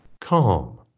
Calm